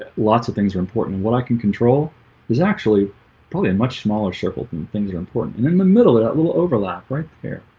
lots of things are important what i can control is actually probably a much smaller circle thing things are important and in the middle of that little overlap right there